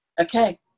Okay